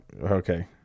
Okay